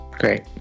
Great